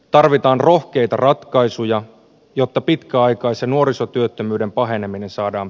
tarvitaan rohkeita ratkaisuja jotta pitkäaikaisen nuorisotyöttömyyden paheneminen saadaan